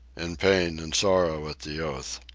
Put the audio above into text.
in pain and sorrow at the oath.